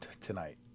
tonight